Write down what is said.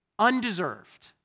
undeserved